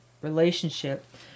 relationship